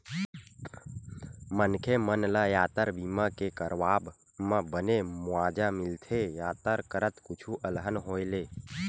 मनखे मन ल यातर बीमा के करवाब म बने मुवाजा मिलथे यातर करत कुछु अलहन होय ले